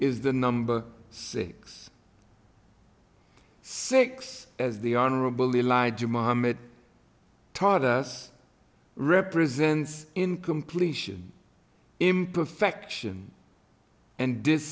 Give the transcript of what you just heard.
is the number six six as the honorable elijah mohammed taught us represents in completion imperfection and